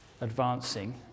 advancing